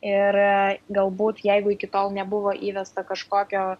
ir galbūt jeigu iki tol nebuvo įvesta kažkokio